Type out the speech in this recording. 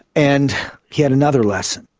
and he had another lesson,